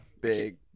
big